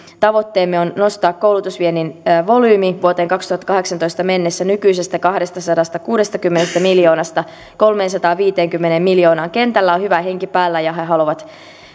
tavoitteemme on nostaa koulutusviennin volyymi vuoteen kaksituhattakahdeksantoista mennessä nykyisestä kahdestasadastakuudestakymmenestä miljoonasta kolmeensataanviiteenkymmeneen miljoonaan kentällä on hyvä henki päällä ja he haluavat